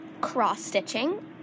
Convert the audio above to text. cross-stitching